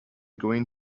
going